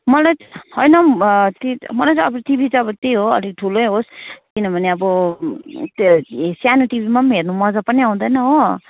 मलाई होइन टि मलाई चाहिँ अब टिभी चाहिँ अब त्यही हो अलिक ठुलै होस् किनभने अब सानो टिभीमा पनि हेर्नु मजा पनि आउँदैन हो